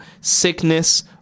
sickness